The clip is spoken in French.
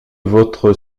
votre